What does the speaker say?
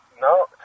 No